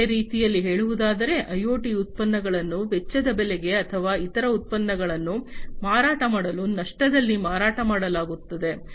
ಬೇರೆ ರೀತಿಯಲ್ಲಿ ಹೇಳುವುದಾದರೆ ಐಒಟಿ ಉತ್ಪನ್ನಗಳನ್ನು ವೆಚ್ಚದ ಬೆಲೆಗೆ ಅಥವಾ ಇತರ ಉತ್ಪನ್ನಗಳನ್ನು ಮಾರಾಟ ಮಾಡಲು ನಷ್ಟದಲ್ಲಿ ಮಾರಾಟ ಮಾಡಲಾಗುತ್ತದೆ